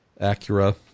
Acura